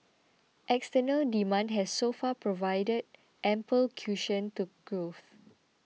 external demand has so far provided ample cushion to growth